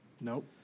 nope